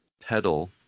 pedal